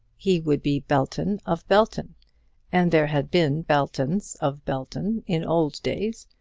he would be belton of belton and there had been beltons of belton in old days,